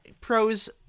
Pros